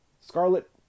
Scarlet